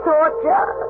Torture